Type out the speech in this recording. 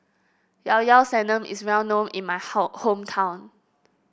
Llao Llao Sanum is well known in my how hometown